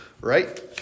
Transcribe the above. right